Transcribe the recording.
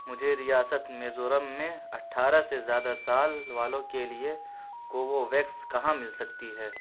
مجھے ریاست میزورم میں اٹھارہ سے زیادہ سال والوں کے لیے کوووویکس کہاں مل سکتی ہے